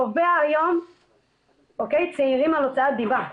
תובע היום צעירים על הוצאת דיבה,